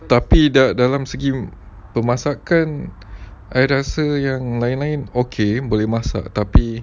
tapi dalam segi pemasakan I rasa yang lain-lain okay boleh masak tapi